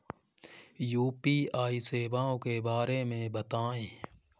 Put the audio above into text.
UPI सेवाओं के बारे में बताएँ?